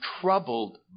troubled